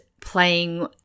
playing